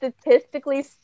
statistically